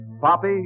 Poppy